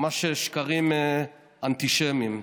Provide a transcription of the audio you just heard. ממש שקרים אנטישמיים.